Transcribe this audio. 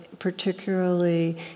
particularly